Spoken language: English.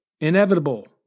Inevitable